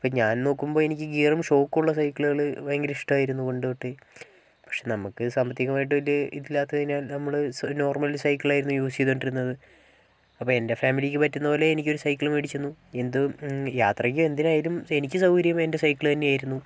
ഇപ്പോൾ ഞാൻ നോക്കുമ്പോൾ എനിക്ക് ഗിയറും ഷോക്കും ഉള്ള സൈക്കിളുകൾ ഭയങ്കര ഇഷ്ടമായിരുന്നു പണ്ടുതൊട്ടേ പക്ഷെ നമ്മൾക്ക് സാമ്പത്തികമായിട്ട് വലിയ ഇത് ഇല്ലാത്തതിനാൽ നമ്മൾ നോർമൽ സൈക്കിളായിരുന്നു യൂസ് ചെയ്തുകൊണ്ട് ഇരുന്നത് അപ്പം എൻ്റെ ഫാമിലിയ്ക്ക് പറ്റുന്നതുപോലെ എനിക്കൊരു സൈക്കിൾ മേടിച്ച് തന്നു എന്തും യാത്രയ്ക്കും എന്തിന് ആയാലും എനിക്ക് സൗകര്യം എൻ്റെ സൈക്കിൾ തന്നെ ആയിരുന്നു